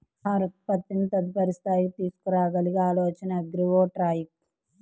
ఆహార ఉత్పత్తిని తదుపరి స్థాయికి తీసుకురాగల ఆలోచనే అగ్రివోల్టాయిక్